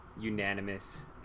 unanimous